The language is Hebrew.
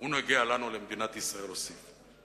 הוא נוגע לנו, למדינת ישראל", הוסיף.